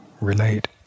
relate